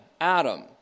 Adam